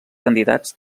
candidats